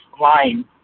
line